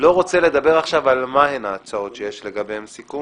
לא רוצה לדבר עכשיו מה הן ההצעות שיש לגביהן סיכום